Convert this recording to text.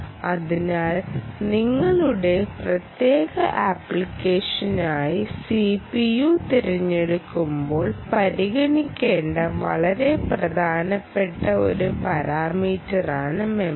അതിനാൽ നിങ്ങളുടെ പ്രത്യേക ആപ്ലിക്കേഷനായി സിപിയു തിരഞ്ഞെടുക്കുമ്പോൾ പരിഗണിക്കേണ്ട വളരെ പ്രധാനപ്പെട്ട ഒരു പരാമീറ്ററാണ് മെമ്മറി